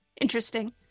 interesting